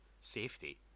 safety